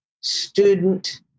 student